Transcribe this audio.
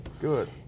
good